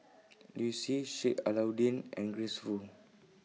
Liu Si Sheik Alau'ddin and Grace Fu